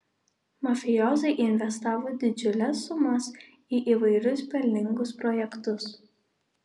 mafijozai investavo didžiules sumas į įvairius pelningus projektus